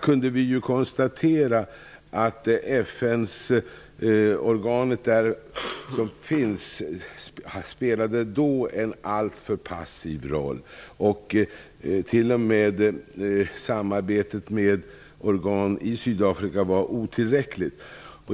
kunde vi ju konstatera att det FN-organ som finns där spelade en alltför passiv roll. T.o.m. samarbetet med organ i Sydafrika var otillräckligt.